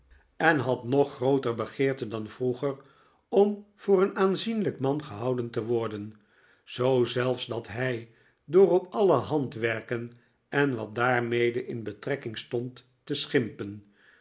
en had nog grooter begeerte dan vroeger om voor een aanzienlijk man gehouden te worden zoo zelfs dat hij door op alle handwerken en wat daarmede in betrekking stond te schimpen